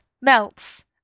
melts